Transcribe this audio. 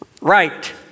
Right